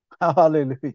Hallelujah